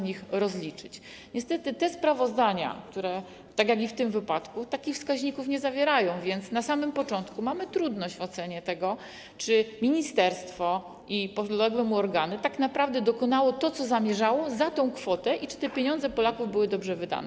Niestety te sprawozdania, tak jak i w tym wypadku, takich wskaźników nie zawierają, więc na samym początku mamy trudność w ocenie tego, czy ministerstwo i podległe mu organy tak naprawdę dokonały tego, co zamierzały, za tę kwotę i czy te pieniądze Polaków były dobrze wydane.